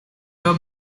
the